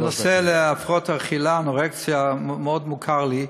הנושא של הפרעות האכילה, אנורקסיה, מאוד מוכר לי.